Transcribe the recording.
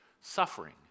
suffering